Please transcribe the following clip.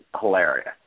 hilarious